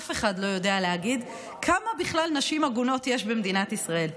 אף אחד לא יודע להגיד כמה נשים עגונות בכלל יש במדינת ישראל.